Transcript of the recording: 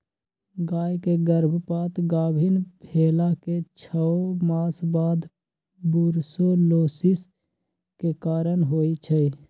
गाय के गर्भपात गाभिन् भेलाके छओ मास बाद बूर्सोलोसिस के कारण होइ छइ